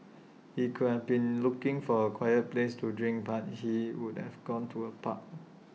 he could have been looking for A quiet place to drink but he would have gone to A park